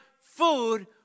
food